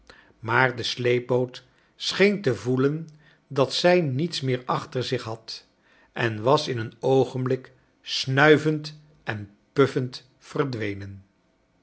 maar de sleepboot scheen te voelen dat zij niets meer achter zich had en was in een oogenblik snuivend en puffend verdwenen